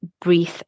breathe